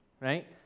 right